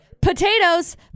Potatoes